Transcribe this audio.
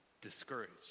Discouraged